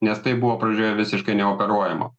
nes tai buvo pradžioje visiškai neoperuojama